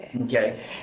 Okay